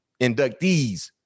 inductees